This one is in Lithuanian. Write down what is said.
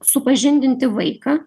supažindinti vaiką